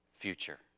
future